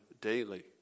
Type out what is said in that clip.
daily